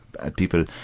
people